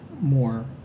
more